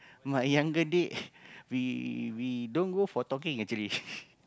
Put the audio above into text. my younger days we we don't go for talking actually